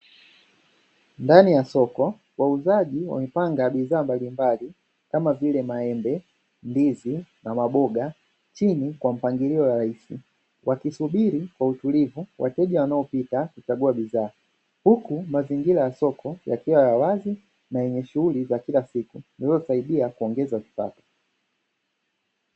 Ndani ya soko wauzaji wamepanga bidhaa mbalimbali, kama vile maembe, ndizi na maboga chini kwa mpangilo rahisi. Wakisubiri kwa utulivu wateja wanaopita, kuchagua bidhaa. Huku mazingira ya soko yakiwa ya wazi na yenye shughuli za kila siku, zinazosaidia kuongeza kipato.